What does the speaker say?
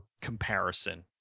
comparison